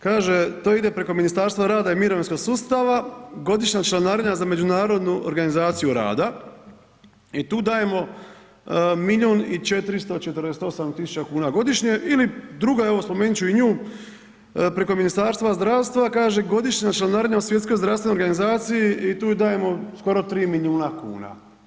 Kaže, to ide preko Ministarstva rada i mirovinskog sustava, godišnja članarina za međunarodnu organizaciju rada i tu dajemo milijun i 448 000 kn ili druga evo, spomenut ću i nju, preko Ministarstva zdravstva, kaže godišnja članarina u Svjetskoj zdravstvenoj organizaciji i tu dajemo skoro 3 milijuna kuna.